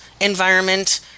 environment